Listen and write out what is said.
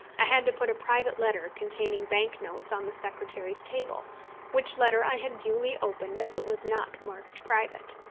i had to put a private letter containing bank-notes on the secretary's table which letter i had duly opened, as it was not marked private.